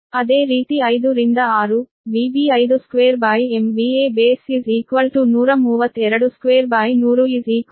ಅದೇ ರೀತಿ 5 ರಿಂದ 6 VB52B 1322100 174